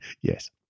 yes